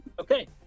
Okay